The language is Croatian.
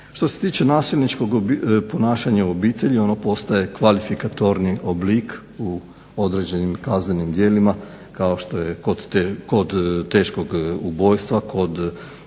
Što se tiče nasilničkog ponašanja u obitelji ono postaje kvalifikatorni oblik u određenim kaznenim djelima kao što je kod teškog ubojstva, kod kaznenih